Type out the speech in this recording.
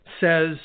says